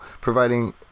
providing